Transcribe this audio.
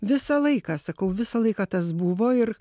visą laiką sakau visą laiką tas buvo ir